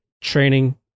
training